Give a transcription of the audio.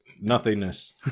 nothingness